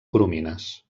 coromines